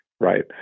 right